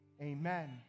amen